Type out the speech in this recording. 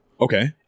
okay